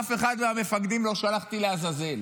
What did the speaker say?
אף אחד מהמפקדים לא שלחתי לעזאזל,